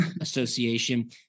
association